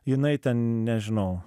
jinai ten nežinau